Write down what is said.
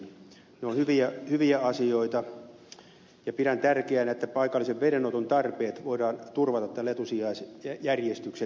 ne ovat hyviä asioita ja pidän tärkeänä että paikallisen vedenoton tarpeet voidaan turvata tällä etusijajärjestyksen säätämisellä